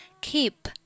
Keep